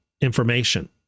information